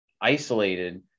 isolated